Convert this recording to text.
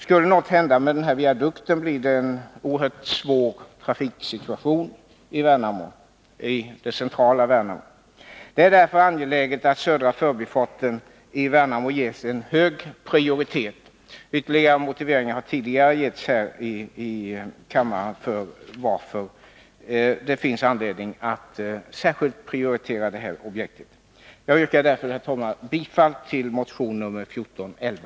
Skulle något hända med viadukten blir det en oerhört svår trafiksituation i centrala Värnamo. Det är därför angeläget att södra förbifarten på riksväg 27 vid Värnamo ges hög prioritet. Ytterligare motiv för att detta projekt bör prioriteras särskilt har tidigare anförts här i kammaren. Jag yrkar, herr talman, bifall till motion 1411.